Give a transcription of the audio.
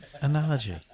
analogy